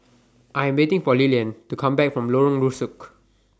I Am waiting For Lilian to Come Back from Lorong Rusuk